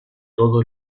todo